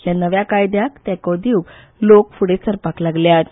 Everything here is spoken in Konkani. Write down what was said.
ह्या नव्या कायद्याक तेको दिवंक लोक फुडे सरपाक लागल्यात